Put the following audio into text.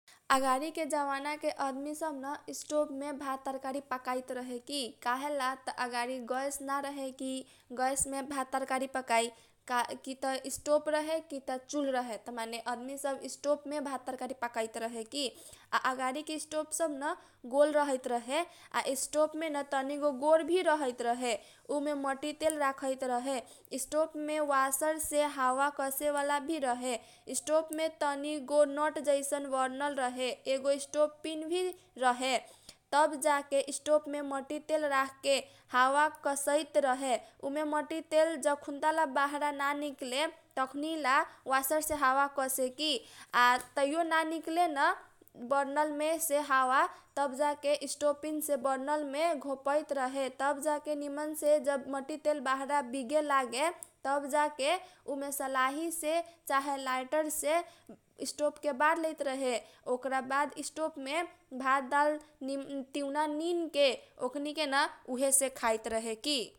अगाडिके जमाना के आदमी सब न स्टोभ मे भात, तरकारी पाकैत रहे की t कहेला t अगाडि गैस न रहे की गैस मे भात, तरकारी पकाई। की त स्टोभ रहे की त चुल रहे। त माने आदमी सब स्टोभ मे भात, तरकारी पकाई त रहे की। आ अगाडि के स्टोभ सब गोल रहै त रहे। आ स्टोभ मे न तनिगो गोर भी रहैत रहे। उमे मटितेल रखाई त रहे। स्टोभ मे वासर से हावा कसेवाला भी रहैत रहे। स्टोभ मे तनीगो नुट जैसन बर्नल रहे। एगो स्टोभ पिन भी रहे तब जाके स्टोभमे मटितेल रखके हावा कसैत रहे। उ मे मटितेल जखुन तला बहरा न निकले तखुनीला वासर से हावा कसे की। आ तैयो न निकले न बर्नल मे से हावा तब जके स्टोभ पिन से बर्नल मे घोपाइत रहे। तब जाके नीमन से मटितेल बाहरा विगे लागे तब जाके उमे सलाहिसे चाहे लाइटर से स्टोभ के बार लेइत रहे ओकरा बाद स्टोभ मे भात, दाल, तिउना निन के ओकनीके न उहे से खाइत रहे की।